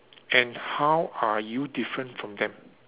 and how are you different from them